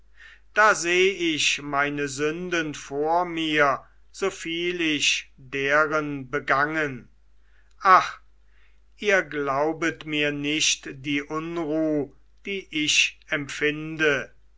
da seh ich meine sünden vor mir so viel ich deren begangen ach ihr glaubet mir nicht die unruh die ich empfinde